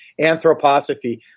anthroposophy